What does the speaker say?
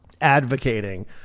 advocating